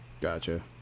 Gotcha